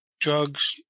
drugs